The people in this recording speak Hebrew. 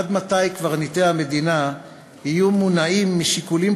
עד מתי קברניטי המדינה יהיו מונעים משיקולים